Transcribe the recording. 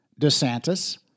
DeSantis